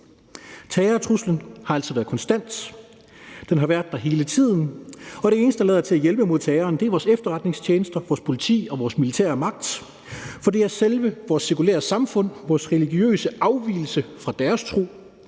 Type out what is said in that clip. Terrortruslen har altså været konstant. Den har været der hele tiden, og det eneste, der lader til at hjælpe mod terroren, er vores efterretningstjenester, vores politi og vores militære magt, for det er selve vores sekulære samfund, vores religiøse afvigelse fra deres tro,